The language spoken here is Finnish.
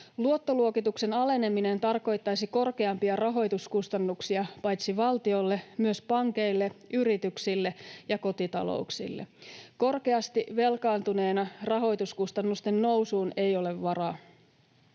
Luottoluokituksen aleneminen tarkoittaisi korkeampia rahoituskustannuksia paitsi valtiolle myös pankeille, yrityksille ja kotitalouksille. Korkeasti velkaantuneena rahoituskustannusten nousuun ei ole varaa.